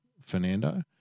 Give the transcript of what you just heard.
Fernando